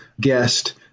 guest